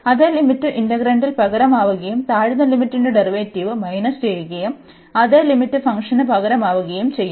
അതേ ലിമിറ്റ് ഇന്റഗ്രാൻഡിൽ പകരമാവുകയും താഴ്ന്ന ലിമിറ്റിന്റെ ഡെറിവേറ്റീവ് മൈനസ് ചെയ്യുകയും അതേ ലിമിറ്റ് ഫംഗ്ഷന് പകരമാവുകയും ചെയ്യും